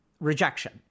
rejection